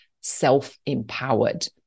self-empowered